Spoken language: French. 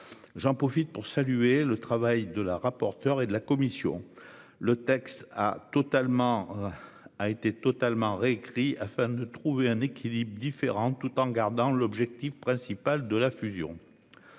J'en profite pour saluer le travail de la rapporteure et de la commission. Le texte a été totalement réécrit afin de trouver un équilibre différent tout en gardant l'objectif principal de la fusion.